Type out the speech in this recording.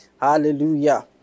Hallelujah